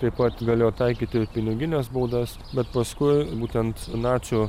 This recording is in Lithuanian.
taip pat galėjo taikyti ir pinigines baudas bet paskui būtent nacių